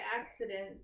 accident